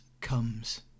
comes